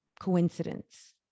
coincidence